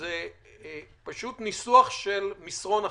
זה פשוט ניסוח של מסרון אחר.